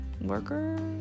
worker